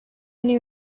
knew